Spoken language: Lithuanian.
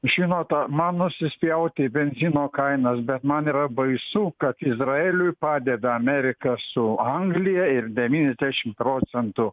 žinota man nusispjaut į benzino kainas bet man yra baisu kad izraeliui padeda amerika su anglija ir devyniasdešim procentų